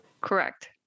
Correct